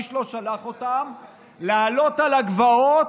איש לא שלח אותם לעלות על הגבעות,